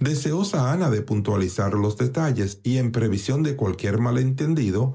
deseosa ana de puntualizar los detalles y en previsión de cualquier malentendido